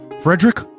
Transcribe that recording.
Frederick